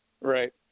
Right